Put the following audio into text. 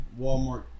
Walmart